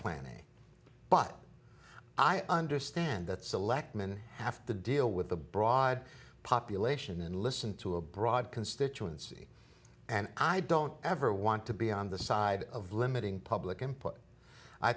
planning but i understand that selectman have to deal with the broad population and listen to a broad constituency and i don't ever want to be on the side of limiting public i